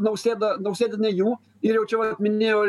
nausėda nausėda ne jų ir jau čia va minėjo